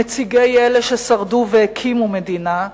נציגי אלה ששרדו והקימו מדינה,